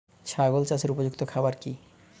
ছাগল চাষের উপযুক্ত খাবার কি কি?